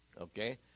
okay